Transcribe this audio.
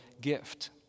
gift